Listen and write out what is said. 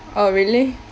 oh really